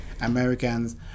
Americans